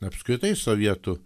apskritai sovietų